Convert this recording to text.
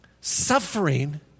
suffering